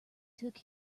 took